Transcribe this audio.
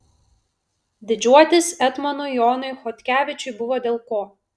didžiuotis etmonui jonui chodkevičiui buvo dėl ko